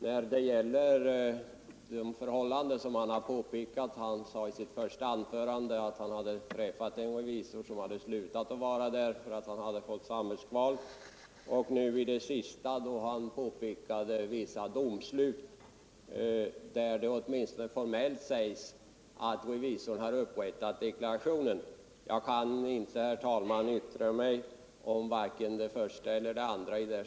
När det gäller de förhållanden som han har påpekat — han sade i sitt första anförande att han hade träffat en revisor som slutat därför att denne fått samvetskval, och i sitt senaste anförande talade han om vissa domslut, där det åtminstone formellt sägs att revisorn har upprättat deklarationer — kan jag, herr talman, i det här sammanhanget inte yttra mig om vare sig det första eller det andra fallet.